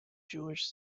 jewish